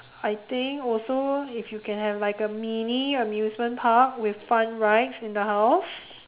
I think also if you can have like a mini amusement park with fun rides in the house